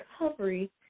recovery